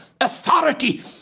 authority